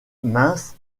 mince